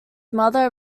mother